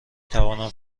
توانم